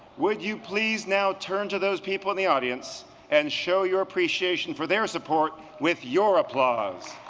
would you please now turn to those people in the audience and show your appreciation for their support with your applause.